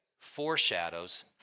foreshadows